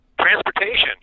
transportation